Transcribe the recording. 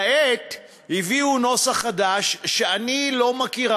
כעת הביאו נוסח חדש שאני לא מכירה,